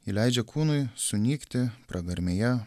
ji leidžia kūnui sunykti pragarmėje